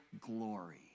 glory